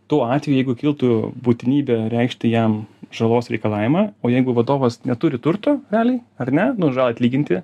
tuo atveju jeigu kiltų būtinybė reikšti jam žalos reikalavimą o jeigu vadovas neturi turto reliai ar ne nu žalai atlyginti